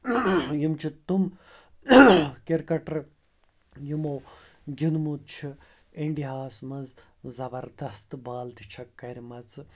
یِم چھِ تِم کِرکَٹَر یِمو گِںٛدمُت چھِ اِںٛڈیاہَس منٛز زبردَس تہٕ بالہٕ تہِ چھَکھ کَرِمَژٕ